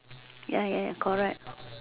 ya ya ya correct